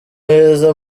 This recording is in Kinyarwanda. heza